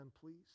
please